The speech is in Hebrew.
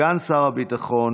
סגן שר הביטחון,